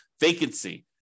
vacancy